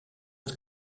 het